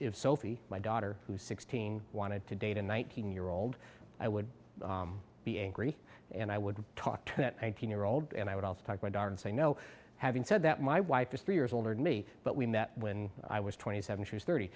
if sophie my daughter who's sixteen wanted to date in one thousand year old i would be angry and i would talk to that eighteen year old and i would also talk my daughter and say no having said that my wife is three years older than me but we met when i was twenty seven she's thirty